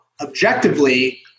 Objectively